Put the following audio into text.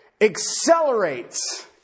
accelerates